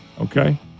Okay